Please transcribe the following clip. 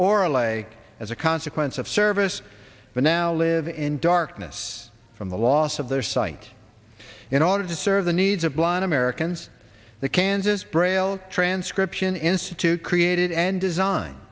or a like as a consequence of service but now live in darkness from the loss of their sight in order to serve the needs of blind americans the kansas braille transcription institute created and design